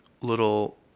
little